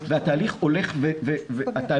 התהליך הוא ארוך.